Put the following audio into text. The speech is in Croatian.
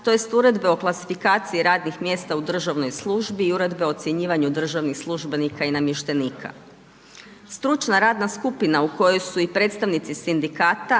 tj. uredbe o klasifikaciji radnih mjesta u državnoj službi i uredbe o ocjenjivanju državnih službenika i namještenika. Stručna radna skupina u kojoj su i predstavnici sindikata,